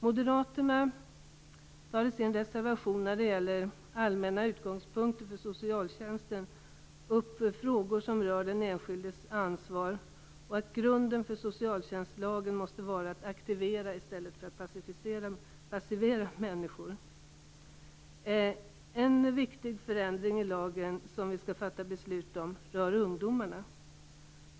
Moderaterna tar i sin reservation om allmänna utgångspunkter för socialtjänsten upp frågor som rör den enskildes ansvar och att grunden för socialtjänstlagen måste vara att aktivera människor i stället för att passivera dem. En viktig förändring i lagen, som vi skall fatta beslut om, rör ungdomarna.